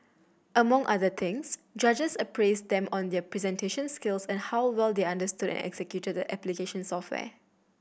among other things judges appraised them on their presentation skills and how well they understood and executed the application software